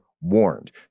warned